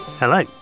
Hello